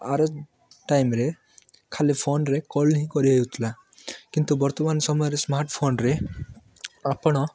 ଆର ଟାଇମ୍ରେ ଖାଲି ଫୋନ୍ରେ କଲ୍ ହିଁ କରି ହେଉଥିଲା କିନ୍ତୁ ବର୍ତ୍ତମାନ ସମୟରେ ସ୍ମାର୍ଟଫୋନ୍ରେ ଆପଣ